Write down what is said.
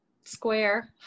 square